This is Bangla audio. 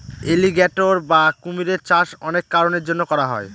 এলিগ্যাটোর বা কুমিরের চাষ অনেক কারনের জন্য করা হয়